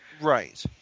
Right